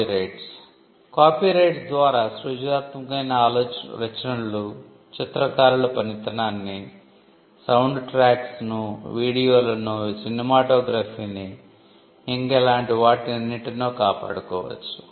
copyrights copyrights ద్వారా సృజనాత్మకమైన రచనలను చిత్రకారుల పనితనాన్ని సౌండ్ ట్రాక్స్ ను వీడియోలను సినిమాటోగ్రఫీనీ ఇంకా ఇలాంటి వాటిని ఎన్నింటినో కాపాడుకోవచ్చు